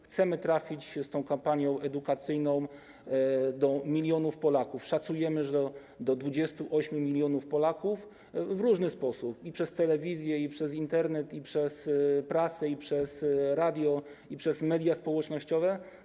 Chcemy trafić z tą kampanią edukacyjną do milionów Polaków - szacujemy, że do 28 mln Polaków - w różny sposób: i przez telewizję, i przez Internet, i przez prasę, i przez radio, i przez media społecznościowe.